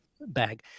bag